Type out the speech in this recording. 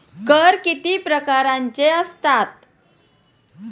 कर किती प्रकारांचे असतात?